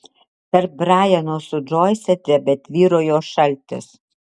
tarp brajano su džoise tebetvyrojo šaltis